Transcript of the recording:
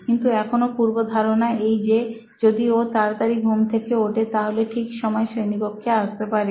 কিন্তু এখনো পূর্বধারণা এই যে যদি ও তাড়াতাড়ি ঘুম থেকে ওঠে তাহলে ঠিক সময় শ্রেণীকক্ষে আসতে পারে